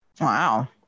Wow